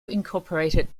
incorporated